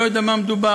לא יודע מה מדובר.